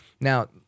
Now